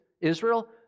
Israel